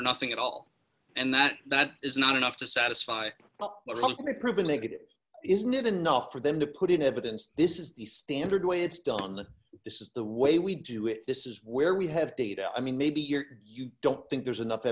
or nothing at all and that that is not enough to satisfy well but something to prove a negative isn't it enough for them to put in evidence this is the standard way it's done this is the way we do it this is where we have data i mean maybe you're you don't think there's enough